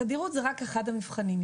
תדירות היא רק אחד המבחנים.